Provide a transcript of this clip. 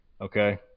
Okay